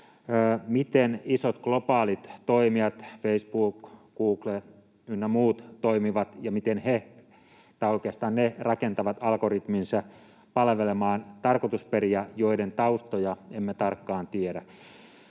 miten isot globaalit toimijat, Facebook, Google ynnä muut, toimivat ja miten ne rakentavat algoritminsa palvelemaan tarkoitusperiä, joiden taustoja emme tarkkaan tiedä.